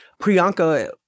Priyanka